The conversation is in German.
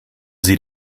sie